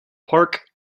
park